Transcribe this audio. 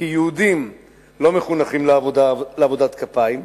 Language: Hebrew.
כי יהודים לא מחונכים לעבודת כפיים,